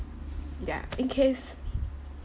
yeah in case